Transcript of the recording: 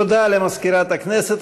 תודה למזכירת הכנסת.